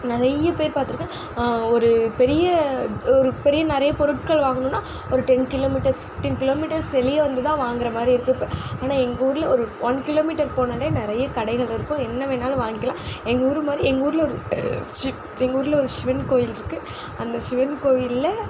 நிறைய பேர் பார்த்துருக்கேன் ஒரு பெரிய ஒரு பெரிய நிறைய பொருட்கள் வாங்குணும்னா ஒரு ten kilometres fifteen kilometres வெளியே வந்து தான் வாங்கிற மாதிரி இருக்கும் இப்போ ஆனால் எங்கூரில் ஒரு ஒன் கிலோ மீட்டர் போனால் நிறைய கடைகள் இருக்கும் என்ன வேணுணாலும் வாங்கிக்கலாம் எங்கூர் மாதிரி எங்கூரில் சிவன் எங்கள் ஊரில் ஒரு சிவன் கோவில் இருக்குது அந்த சிவன் கோவிலில்